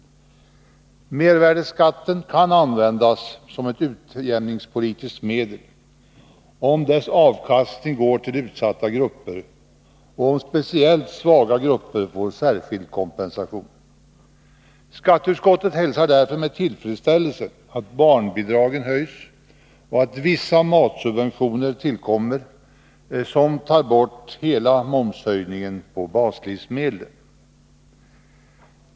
Mervärdeskatten kan användas som utjämningspolitiskt medel, om dess avkastning går till utsatta grupper och om speciellt svaga grupper får särskild kompensation. Skatteutskottet hälsar därför med tillfredsställelse att barnbidragen höjs och att vissa matsubventioner tillkommer, som tar bort hela momshöjningen på baslivsmedlen.